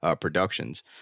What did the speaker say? productions